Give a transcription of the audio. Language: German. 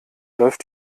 läuft